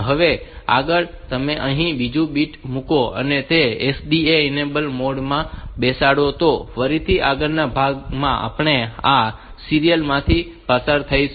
હવે આગળ તમે અહીં બીજું બીટ મૂકો અને તે SDE ને ઇનેબલ મોડ માં બેસાડો તો ફરીથી આગળના ભાગમાં આપણે આ સીરીયલ માંથી પસાર થઈશું